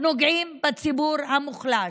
נוגעים רק בציבור המוחלש.